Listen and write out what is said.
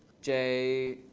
j.